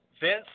Vince